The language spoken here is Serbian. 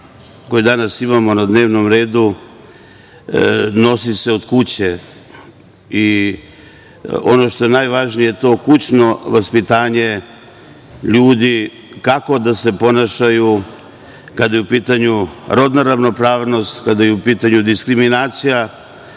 koji danas imamo na dnevnom redu nosi se od kuće i ono što je najvažnije to kućno vaspitanje ljudi kako da se ponašaju kada je u pitanju rodna ravnopravnost, kada je u pitanju diskriminacija,